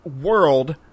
world